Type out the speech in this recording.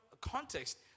context